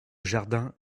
jardin